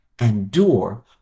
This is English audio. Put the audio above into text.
endure